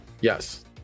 Yes